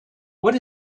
what